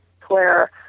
Claire